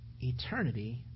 eternity